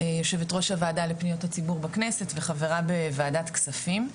יו"ר ראש הוועדה לפניות הציבור בכנסת וחברה בוועדת כספים.